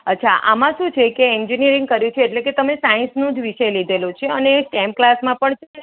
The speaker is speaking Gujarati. અચ્છા આમાં શું છે એન્જીનીયરીંગ કર્યું છું એટલે કે તમે સાયન્સનો જ વિષય લીધેલો છે અને સ્ટેમમાં પણ